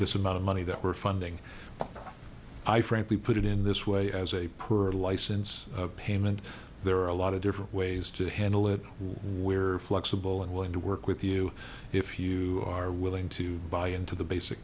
this amount of money that we're funding i frankly put it in this way as a per license payment there are a lot of different ways to handle it where flexible and willing to work with you if you are willing to buy into the basic